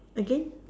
again